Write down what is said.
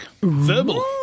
Verbal